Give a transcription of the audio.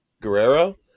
Guerrero